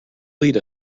lead